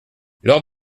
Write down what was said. lord